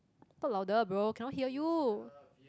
talk louder bro cannot hear you